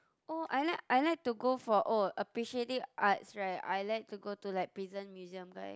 oh I like I like to go for oh appreciating arts right I like to go to like prison musuem kind